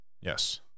Yes